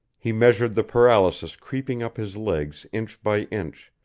he measured the paralysis creeping up his legs inch by inch,